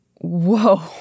whoa